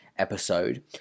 episode